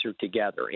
together